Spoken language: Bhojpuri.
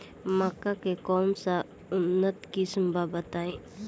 मक्का के कौन सा उन्नत किस्म बा बताई?